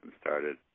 started